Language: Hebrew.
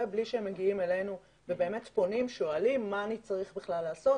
בלי שהם מגיעים אלינו ובאמת פונים ושואלים מה צריך לעשות,